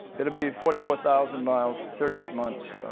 it'll be forty four thousand miles, thirty eight months,